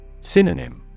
Synonym